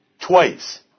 twice